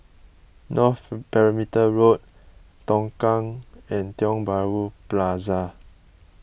North Perimeter Road Tongkang and Tiong Bahru Plaza